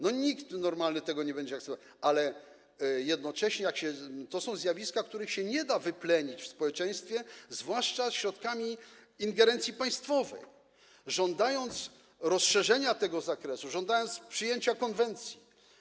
Nikt normalny tego nie będzie akceptował, ale jednocześnie to są zjawiska, których nie da się wyplenić w społeczeństwie, zwłaszcza za pomocą ingerencji państwowej, żądając rozszerzenia tego zakresu, żądając przyjęcia konwencji.